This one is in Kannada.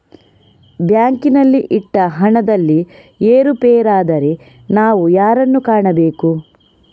ಬ್ಯಾಂಕಿನಲ್ಲಿ ಇಟ್ಟ ಹಣದಲ್ಲಿ ಏರುಪೇರಾದರೆ ನಾವು ಯಾರನ್ನು ಕಾಣಬೇಕು?